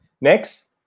Next